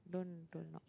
don't don't ah